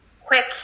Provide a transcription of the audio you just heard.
quick